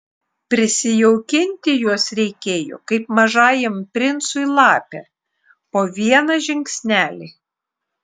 prisijaukinti juos reikėjo kaip mažajam princui lapę po vieną žingsnelį